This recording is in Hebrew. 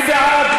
מי בעד?